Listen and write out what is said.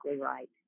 right